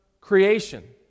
creation